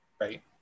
Right